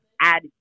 add